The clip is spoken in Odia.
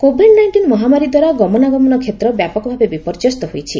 କୋଭିଡ ନାଇଷ୍ଟିନ ମହାମାରୀ ଦ୍ୱାରା ଗମନାଗମନ କ୍ଷେତ୍ର ବ୍ୟାପକଭାବେ ବିପର୍ଯ୍ୟସ୍ତ ହୋଇଛି